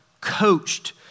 coached